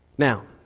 Now